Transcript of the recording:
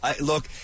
Look